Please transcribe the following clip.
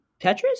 Tetris